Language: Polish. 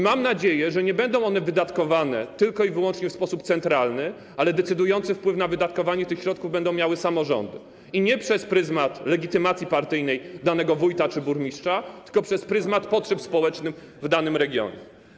Mam nadzieję, że nie będą one wydatkowane tylko i wyłącznie w sposób centralny, ale decydujący wpływ na wydatkowanie tych środków będą miały samorządy, i nie przez pryzmat legitymacji partyjnej danego wójta czy burmistrza, tylko przez pryzmat potrzeb społecznych w danym regionie.